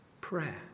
prayer